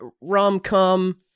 rom-com